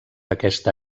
aquesta